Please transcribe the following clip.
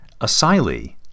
asylee